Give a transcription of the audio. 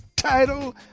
Title